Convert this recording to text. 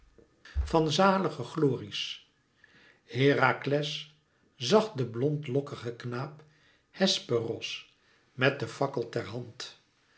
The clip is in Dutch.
van zalige glories herakles zag den blondlokkigen knaap hesperos met den fakkel ter hand